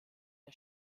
der